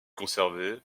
conservés